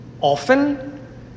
often